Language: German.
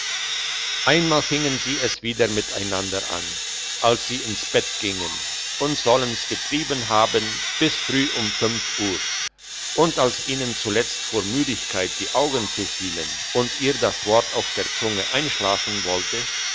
einmal fingen sie es wieder miteinander an als sie ins bett gingen und sollen's getrieben haben bis früh um fünf uhr und als ihnen zuletzt vor müdigkeit die augen zufielen und ihr das wort auf der zunge einschlafen wollte